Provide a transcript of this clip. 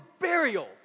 burial